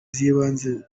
z’ibanze